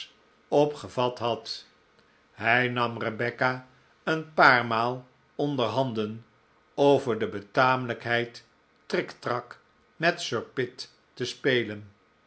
opgevat had hij nam rebecca een paar maal onder handen over de betamelijkheid triktrak met sir pitt te spelen